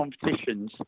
competitions